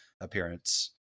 appearance